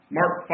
Mark